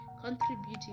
Contributing